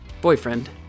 boyfriend